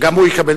גם הוא יקבל.